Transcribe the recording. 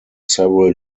several